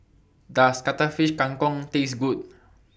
Does Cuttlefish Kang Kong Taste Good